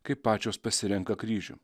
kai pačios pasirenka kryžių